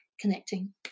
connecting